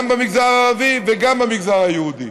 גם במגזר הערבי וגם במגזר היהודי.